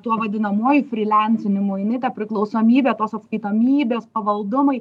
tuo vadinamuoju frylensinimu jinai ta priklausomybė tos atskaitomybės pavaldumai